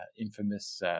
infamous